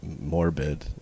Morbid